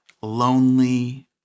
lonely